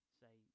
say